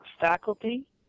faculty